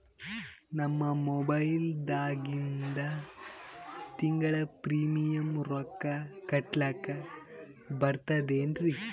ನಮ್ಮ ಮೊಬೈಲದಾಗಿಂದ ತಿಂಗಳ ಪ್ರೀಮಿಯಂ ರೊಕ್ಕ ಕಟ್ಲಕ್ಕ ಬರ್ತದೇನ್ರಿ?